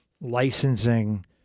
licensing